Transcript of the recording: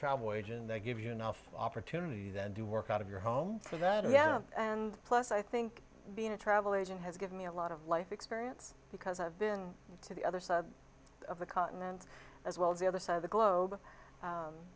travel wage and they give you enough opportunity then to work out of your home for that yeah and plus i think being a travel agent has given me a lot of life experience because i've been to the other side of the continent as well as the other side of the globe